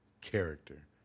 character